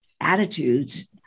attitudes